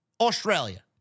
Australia